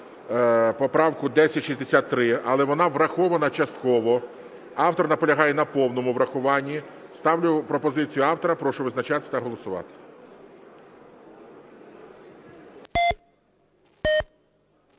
поправку 1063. Але вона врахована частково. Автор наполягає на повному врахуванні. Ставлю пропозицію автора. Прошу визначатися та голосувати.